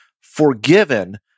forgiven